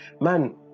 man